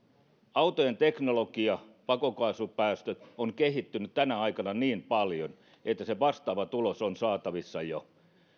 autojen teknologia pakokaasupäästöt ovat kehittyneet tänä aikana niin paljon että vastaava tulos on saatavissa jo